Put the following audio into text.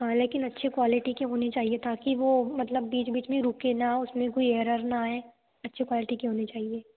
हाँ लेकिन अच्छे क्वालिटी के होने चाहिए ताकि वो मतलब बीच बीच में रुके ना उसमें कोई एरर ना आए अच्छे क्वालिटी के होने चाहिए